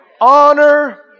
Honor